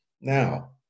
Now